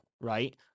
right